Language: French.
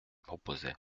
proposait